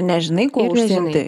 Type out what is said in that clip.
nežinai kuo užsiimti